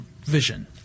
vision